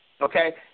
Okay